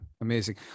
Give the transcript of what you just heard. Amazing